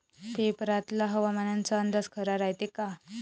पेपरातला हवामान अंदाज खरा रायते का?